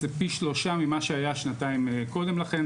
זה פי שלושה ממה שהיה שנתיים קודם לכן.